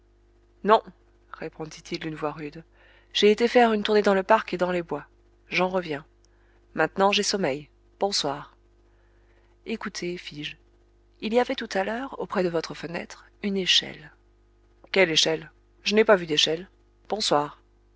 non répondit-il d'une voix rude j'ai été faire une tournée dans le parc et dans les bois j'en reviens maintenant j'ai sommeil bonsoir écoutez fis-je il y avait tout à l'heure auprès de votre fenêtre une échelle quelle échelle je n'ai pas vu d'échelle bonsoir